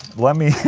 let me.